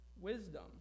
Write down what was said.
wisdom